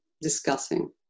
discussing